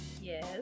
Yes